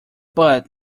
but